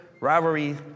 rivalry